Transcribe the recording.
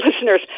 listeners